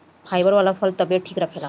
fibre वाला फल तबियत ठीक रखेला